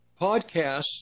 podcasts